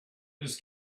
this